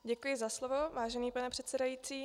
Děkuji za slovo, vážený pane předsedající.